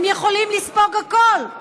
הם יכולים לספוג הכול.